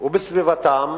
ובסביבתם